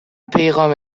پیغام